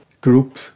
group